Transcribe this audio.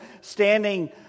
standing